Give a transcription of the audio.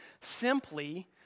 simply